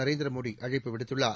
நரேந்திர மோடி அழைப்பு விடுத்துள்ளார்